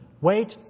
Wait